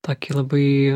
tokį labai